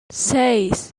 seis